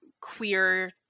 queer